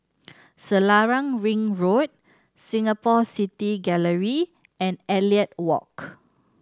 Selarang Ring Road Singapore City Gallery and Elliot Walk